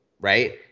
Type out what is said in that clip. right